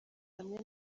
hamwe